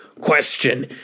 question